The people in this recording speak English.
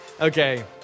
okay